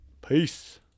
Peace